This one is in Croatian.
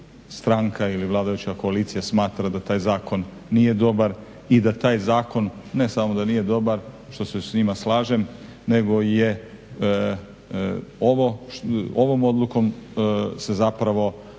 ili vladajuća koalicija smatra da taj zakon nije dobar i da taj zakon ne samo da nije dobar što se s njima slažem nego je ovom odlukom se zapravo